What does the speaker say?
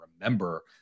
remember